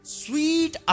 sweet